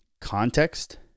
context